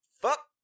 Fuck